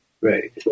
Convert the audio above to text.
Right